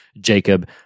Jacob